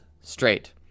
straight